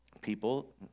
People